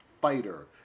fighter